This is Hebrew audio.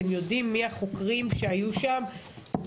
אתם יודעים מי החוקרים שהיו שם?